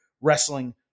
Wrestling